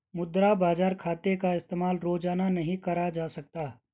मुद्रा बाजार खाते का इस्तेमाल रोज़ाना नहीं करा जा सकता